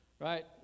right